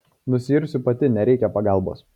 nusiirsiu pati nereikia pagalbos